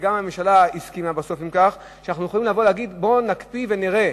וגם הממשלה הסכימה בסוף שאנחנו יכולים לבוא ולהגיד: בואו נקפיא ונראה.